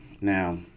Now